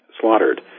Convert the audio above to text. slaughtered